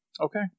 okay